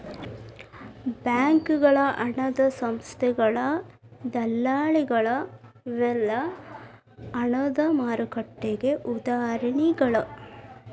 ಬ್ಯಾಂಕಗಳ ಹಣದ ಸಂಸ್ಥೆಗಳ ದಲ್ಲಾಳಿಗಳ ಇವೆಲ್ಲಾ ಹಣದ ಮಾರುಕಟ್ಟೆಗೆ ಉದಾಹರಣಿಗಳ